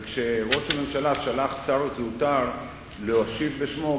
וכשראש ממשלה שלח שר זוטר להשיב בשמו,